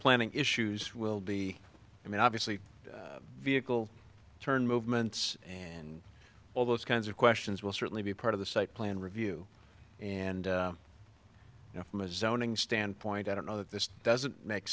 planning issues will be i mean obviously vehicle turn movements and all those kinds of questions will certainly be part of the site plan review and you know from a zoning standpoint i don't know that this doesn't make